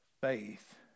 faith